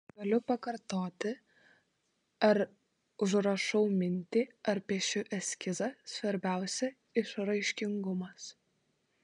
galiu pakartoti ar užrašau mintį ar piešiu eskizą svarbiausia išraiškingumas